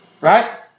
Right